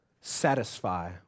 satisfy